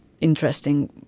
interesting